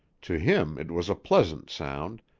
to him it was a pleasant sound,